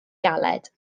galed